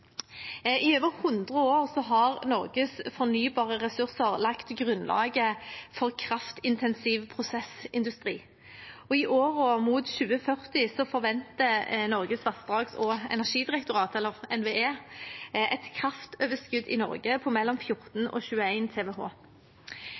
I over 100 år har Norges fornybare ressurser lagt grunnlaget for kraftintensiv prosessindustri, og i årene mot 2040 forventer Norges vassdrags- og energidirektorat, NVE, et kraftoverskudd i Norge på mellom 14